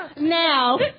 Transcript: now